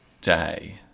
day